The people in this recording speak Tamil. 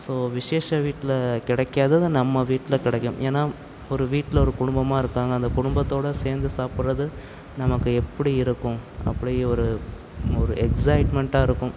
ஸோ விசேஷ வீட்டில் கிடைக்காதது நம்ம வீட்டில் கிடைக்கும் ஏன்னா ஒரு வீட்டில் ஒரு குடும்பமாக இருக்காங்க அந்த குடும்பத்தோடு சேர்ந்து சாப்பிடுறது நமக்கு எப்படி இருக்கும் அப்படி ஒரு ஒரு எக்ஸைட்மெண்ட்டாக இருக்கும்